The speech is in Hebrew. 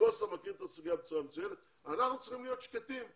נגוסה מכיר את הסוגיה בצורה מצוינת ואנחנו וצריכים להיות שקטים.